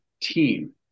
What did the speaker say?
team